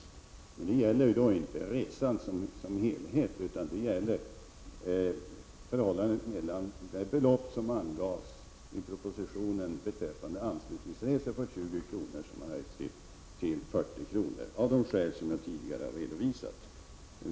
Men detta gäller då inte hela resan utan bara förhållandet mellan det belopp på 20kr. som angavs i propositionen för anslutningsresor och som höjdes till 40 kr., av de skäl som jag tidigare redovisat.